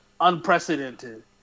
unprecedented